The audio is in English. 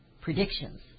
predictions